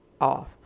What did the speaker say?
off